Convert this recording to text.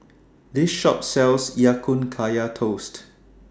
This Shop sells Ya Kun Kaya Toast